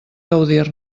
gaudir